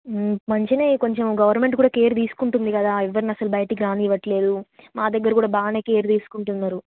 మంచిగా కొంచెం గవర్నమెంట్ కూడా కేర్ తీసుకుంటుంది కదా ఎవరిని అసలు బయటకు రానివ్వట్లేదు మా దగ్గర కూడా బాగా కేర్ తీసుకుంటున్నారు